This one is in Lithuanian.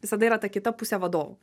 visada yra ta kita pusė vadovų